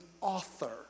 author